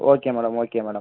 okay madam okay madam